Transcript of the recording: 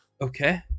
Okay